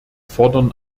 fordern